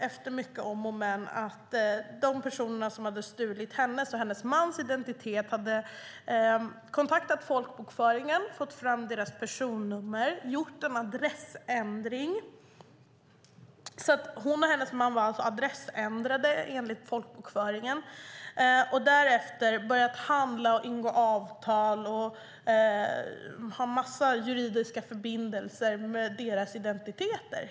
Efter mycket om och men insåg hon att de personer som stulit hennes och hennes mans identiteter hade kontaktat folkbokföringen, fått fram deras personnummer och gjort en adressändring. Hon och hennes man var alltså adressändrade enligt folkbokföringen, och personerna som gjort ändringen hade därefter börjat handla, ingå avtal och en mängd andra juridiska förbindelser med deras identiteter.